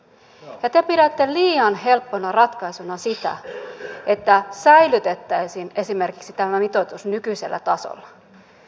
ja te pidätte liian helppona ratkaisuna sitä että säilytettäisiin esimerkiksi tämä mitoitus nykyisellä tasolla